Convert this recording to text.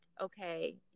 okay